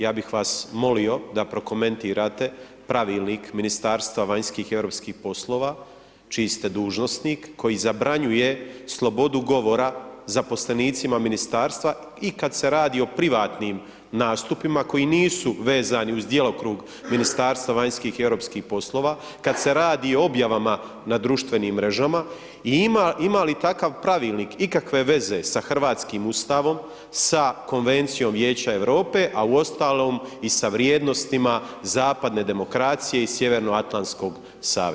Ja bih vas molio da prokomentirate pravilnik Ministarstva vanjskih i europskih poslova čiji ste dužnosnik koji zabranjuje slobodu govora zaposlenicima ministarstva i kad se radi o privatnim nastupima koji nisu vezani uz djelokrug Ministarstva vanjskih i europskih poslova, kad se radi o objavama na društvenim mrežama i ima li takav pravilnik ikakve veze sa hrvatskim Ustavom, sa Konvencijom Vijeća Europe a uostalom i sa vrijednostima zapadne demokracije i Sjevernoatlantskog saveza?